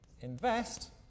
invest